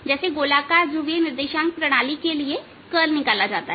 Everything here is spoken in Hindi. जैसे गोलाकार ध्रुवीय निर्देशांक प्रणाली के लिए के लिए कर्ल निकाला जाता है